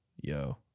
Yo